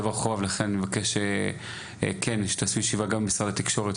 לכן, אני מבקש כן שתעשו ישיבה גם עם שר התקשורת.